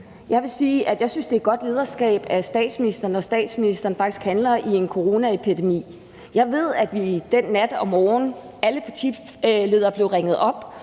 Jeg vil sige, at jeg synes, det er godt lederskab fra statsministeren, når statsministeren faktisk handler i en coronaepidemi. Jeg ved, at alle os partiledere den nat og